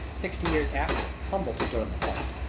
sixty years after, humboldt stood on the summit.